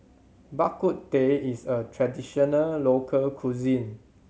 Bak Kut Teh is a traditional local cuisine